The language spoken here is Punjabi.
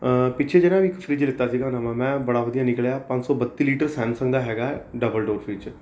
ਪਿੱਛੇ ਜਿਹੇ ਨਾ ਇੱਕ ਫ਼ਰਿੱਜ ਲਿੱਤਾ ਸੀਗਾ ਨਵਾਂ ਮੈਂ ਬੜਾ ਵਧੀਆ ਨਿਕਲਿਆ ਪੰਜ ਸੌ ਬੱਤੀ ਲੀਟਰ ਸੈਮਸੰਗ ਦਾ ਹੈਗਾ ਡਬਲ ਡੌਰ ਫ਼ਰਿੱਜ